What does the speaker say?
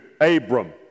Abram